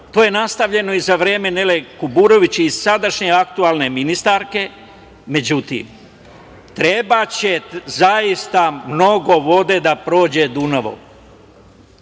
je nastavljeno i za vreme Nele Kuburović i sadašnje aktuelne ministarke. Međutim, trebaće zaista mnogo vode da prođe Dunavom